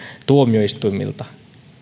tuomioistuimilta